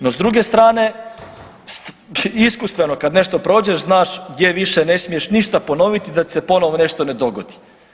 No s druge strane iskustveno kad nešto prođeš znaš gdje više ne smiješ ništa ponoviti da ti se ponovo nešto ne dogodi.